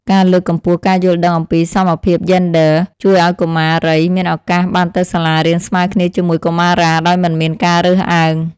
ការលើកកម្ពស់ការយល់ដឹងអំពីសមភាពយេនឌ័រ ជួយឱ្យកុមារីមានឱកាសបានទៅសាលារៀនស្មើគ្នាជាមួយកុមារាដោយមិនមានការរើសអើង។